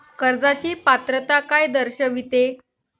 कर्जाची पात्रता काय दर्शविते?